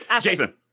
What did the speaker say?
Jason